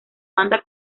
banda